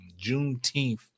juneteenth